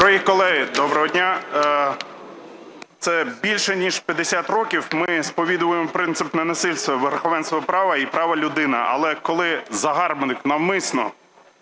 Дорогі колеги, доброго дня! Це більше ніж 50 років ми сповідуємо принципне насильство верховенства права і прав людини. Але коли загарбник навмисно